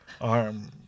arm